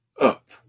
up